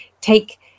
take